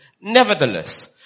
Nevertheless